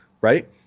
right